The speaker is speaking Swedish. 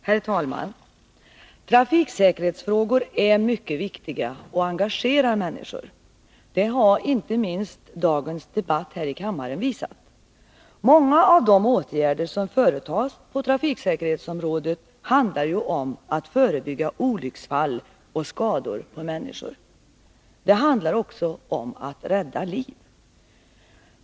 Herr talman! Trafiksäkerhetsfrågor är mycket viktiga och engagerar människor. Det har inte minst dagens debatt här i kammaren visat. Många av de åtgärder som företas på trafiksäkerhetsområdet handlar ju om att förebygga olycksfall och skador på människor. De handlar också om att rädda liv.